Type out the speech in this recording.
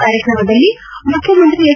ಕಾರ್ಯಕ್ರಮದಲ್ಲಿ ಮುಖ್ಯಮಂತ್ರಿ ಎಚ್